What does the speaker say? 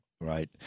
Right